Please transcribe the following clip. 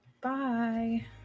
Bye